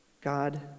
God